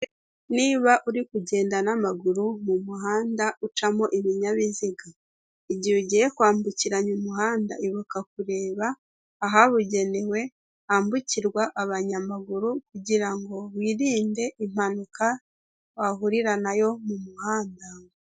niba uri kugenda n'amaguru mu muhanda ucamo ibinyabiziga, igihe ugiye kwambukiranya umuhanda ibuka kureba ahabugenewe hambukirwa abanyamaguru kugirango ngo wirinde impanuka wahurira na yo mumuhanda.